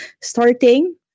starting